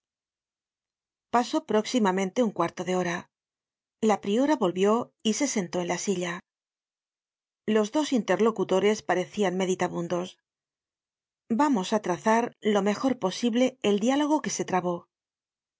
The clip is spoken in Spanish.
pasó próximamente un cuarto de hora la priora volvió y se sentó en la silla los dos interlocutores parecian meditabundos vamos á trazar lo mejor posible el diálogo que se trabó